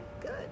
good